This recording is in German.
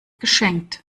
geschenkt